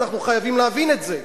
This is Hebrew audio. אנחנו חייבים להבין את זה.